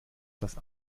das